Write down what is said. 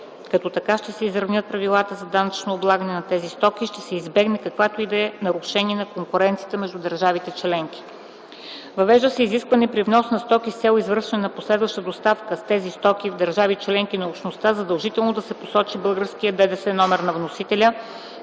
като така ще се изравнят правилата за данъчно облагане на тези стоки и ще се избегне каквото и да е нарушение на конкуренцията между държавите членки. Въвежда се изискване при внос на стоки с цел извършване на последваща доставка с тези стоки в държава членка на Общността задължително да се посочи българският ДДС номер на вносителя,